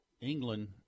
England